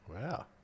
Wow